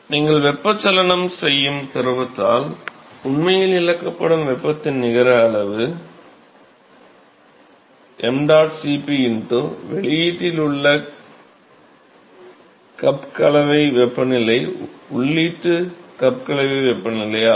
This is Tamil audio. நீங்கள் வெப்பச்சலனம் செய்யும் திரவத்தால் உண்மையில் இழக்கப்படும் வெப்பத்தின் நிகர அளவு இது ṁ Cp வெளியீட்டில் உள்ள கலவை கப் வெப்பநிலை உள்ளீட்டு கலவை கப் வெப்பநிலை ஆகும்